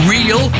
Real